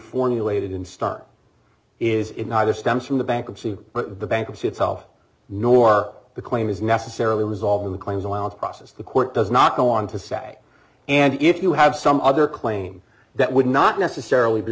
formulated in start is in either stems from the bankruptcy but the bankruptcy itself nor the claim is necessarily resolving the claims while the process the court does not go on to say and if you have some other claim that would not necessarily be